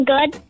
Good